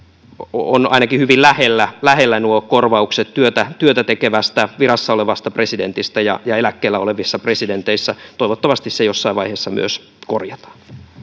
ainakin hyvin lähellä toisiaan ovat nuo korvaukset työtä työtä tekevällä virassa olevalla presidentillä ja ja eläkkeellä olevilla presidenteillä toivottavasti se jossain vaiheessa myös korjataan